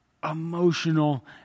emotional